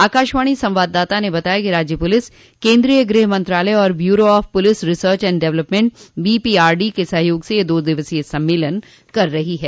आकाशवाणी संवाददाता ने बताया कि राज्य पुलिस केन्द्रीय गृहमंत्रालय और bureau of police research and development BPRD के सहयोग से यह दो दिवसीय सम्मेलन कर रही है